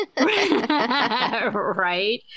Right